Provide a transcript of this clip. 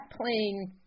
playing